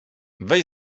weź